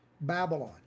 Babylon